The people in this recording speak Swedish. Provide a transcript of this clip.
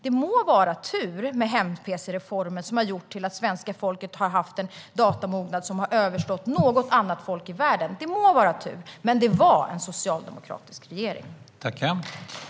Det må ha varit tur med hem-pc-reformen, som har gjort att svenska folket har en datamognad som överstiger alla andra folks i världen, men det var en socialdemokratisk regering som låg bakom den.